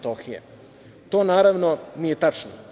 To naravno nije tačno.